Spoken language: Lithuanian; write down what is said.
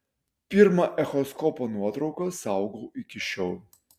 pirmą echoskopo nuotrauką saugau iki šiol